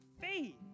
faith